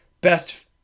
best